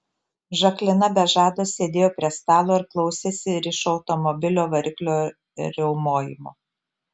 žaklina be žado sėdėjo prie stalo ir klausėsi rišo automobilio variklio riaumojimo